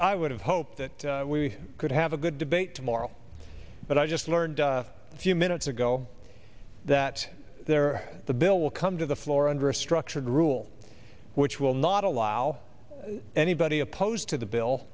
i would have hoped that we could have a good debate tomorrow but i just learned a few minutes ago that there the bill will come to the floor under a structured rule which will not allow anybody opposed to the bill